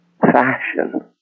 fashion